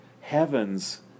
Heavens